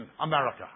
America